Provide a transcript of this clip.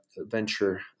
venture